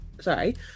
sorry